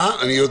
אני יודע